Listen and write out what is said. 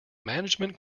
management